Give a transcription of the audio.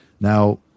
Now